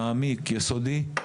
יסודי ומעמיק,